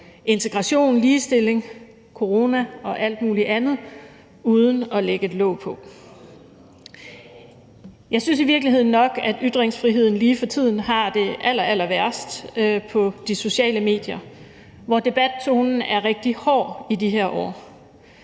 integration, ligestilling, corona og alt muligt andet uden at lægge låg på. Jeg synes i virkeligheden, at ytringsfriheden lige for tiden har det allerallerværst på de sociale medier, hvor debattonen er rigtig hård i de her år.